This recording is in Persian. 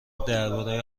درباره